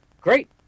Great